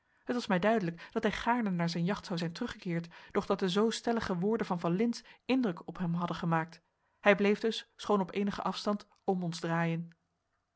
het was mij duidelijk dat hij gaarne naar zijn jacht zou zijn teruggekeerd doch dat de zoo stellige woorden van van lintz indruk op hem hadden gemaakt hij bleef dus schoon op enigen afstand om ons draaien